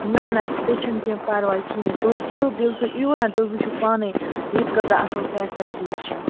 نہَ نہَ تہِ چھَنہٕ کیٚنٛہہ پَرواے کِہیٖنٛۍ تُہۍ یِیو دِل تُہۍ یِیو نا تُہۍ وُچھِو پانَے ییٚتہِ کۭژاہ اَصٕل فیسَلٹیٖز چھِ